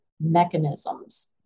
mechanisms